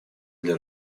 для